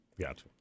Got